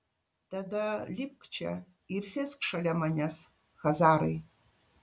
tada lipk čia ir sėsk šalia manęs chazarai